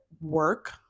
work